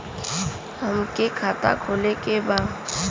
हमके खाता खोले के बा?